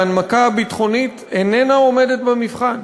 ההנמקה הביטחונית איננה עומדת במבחן.